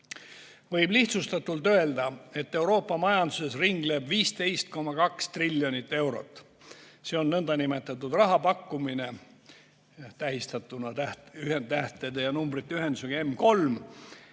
Võib lihtsustatult öelda, et Euroopa majanduses ringleb 15,2 triljonit eurot. See on nn rahapakkumine, tähistatuna tähe ja numbri ühendiga M3.